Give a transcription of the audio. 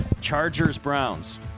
Chargers-Browns